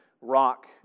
rock